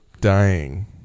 dying